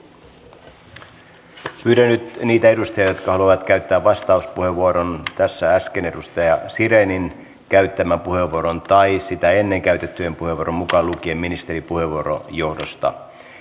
pyydän nyt niitä edustajia jotka haluavat käyttää vastauspuheenvuoron tässä äsken edustaja sirenin käyttämän puheenvuoron tai sitä ennen käytettyjen puheenvuorojen johdosta mukaan lukien ministerin puheenvuoro